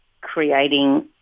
creating